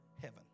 heaven